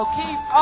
keep